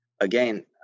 Again